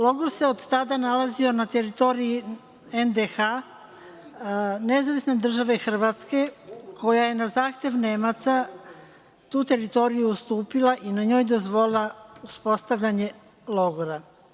Logor se od tada nalazio na teritoriji NDH, Nezavisne države Hrvatske, koja je na zahtev Nemaca tu teritoriju ustupila i na njoj dozvolila uspostavljanje logora.